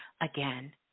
again